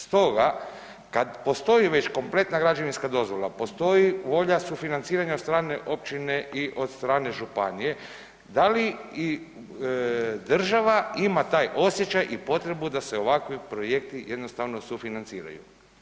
Stoga kad već postoji kompletna građevinska dozvola, postoji volja sufinanciranja od strane općine i od strane županije da li i država ima taj osjećaj i potrebu da se ovakvi projekti jednostavno sufinanciraju?